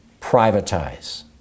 privatize